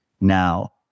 now